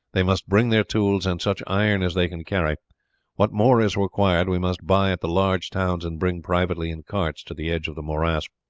they must bring their tools and such iron as they can carry what more is required we must buy at the large towns and bring privately in carts to the edge of the morass.